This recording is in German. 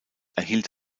erhielt